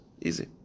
Easy